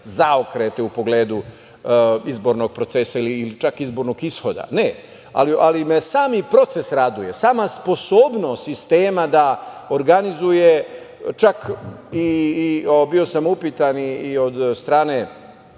zaokrete u pogledu izbornog procesa ili čak izbornog ishoda. Ne, ali me sami proces raduje, sama sposobnost sistema da organizuje. Čak, bio sam upitan i od strane